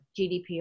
GDPR